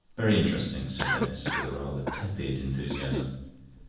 very interesting, said denis, with a rather tepid enthusiasm.